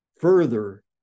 further